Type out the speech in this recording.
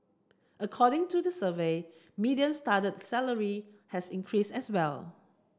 according to the survey median starting salary had increased as well